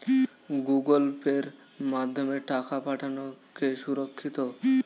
Google পের মাধ্যমে টাকা পাঠানোকে সুরক্ষিত?